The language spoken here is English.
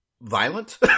violent